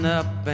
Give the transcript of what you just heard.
up